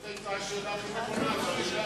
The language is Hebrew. זאת היתה השאלה הכי נכונה על בר-אילן,